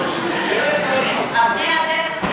אבני הדרך,